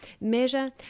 measure